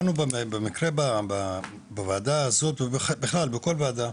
לנו במקרה בוועדה הזאת ובכלל בכל ועדה,